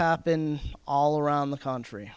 happen all around the country